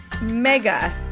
mega